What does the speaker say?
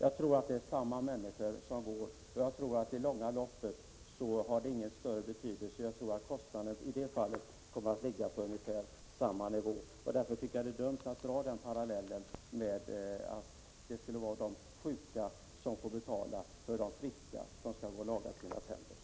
Jag tror att det rör sig om samma människor. I det långa loppet har det nog ingen större betydelse. Jag tror att kostnaderna i det fallet kommer att ligga på ungefär samma nivå. Det är därför dumt att dra den parallellen och säga att det skulle vara de sjuka som får betala för de friska som skall gå och laga sina tänder.